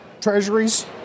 treasuries